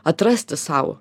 atrasti sau